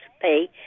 pay